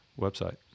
website